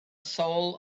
soul